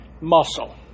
muscle